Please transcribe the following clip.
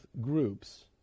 groups